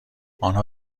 آنها